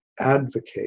advocate